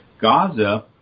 Gaza